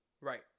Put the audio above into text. Right